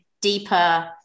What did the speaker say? deeper